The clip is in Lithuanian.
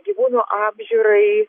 gyvūnų apžiūrai